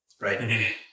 right